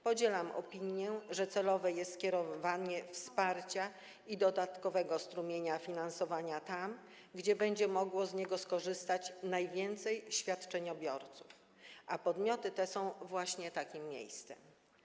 Podzielam opinię, że celowe jest kierowanie wsparcia i dodatkowego strumienia finansowania tam, gdzie będzie mogło z tego skorzystać najwięcej świadczeniobiorców, a podmioty te są właśnie takim miejscem.